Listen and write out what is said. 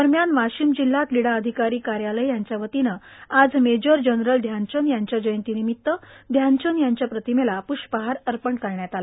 दरम्यान वाशीम जिल्हा क्रीडा अधिकारी कार्यालय यांच्या वतीने आज मेजर जनरल ध्यानचंद याच्या जयंती निमित्त ध्यानचंद यांच्या प्रतिमेला प्ष्पहार अर्पण करण्यात आला